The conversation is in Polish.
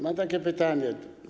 Mam takie pytanie.